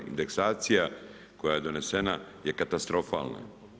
Indeksacija koja je donesena je katastrofalna.